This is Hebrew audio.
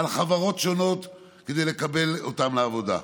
על חברות שונות כדי לקבל אותם לעבודה,